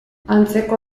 antzeko